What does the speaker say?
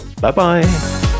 Bye-bye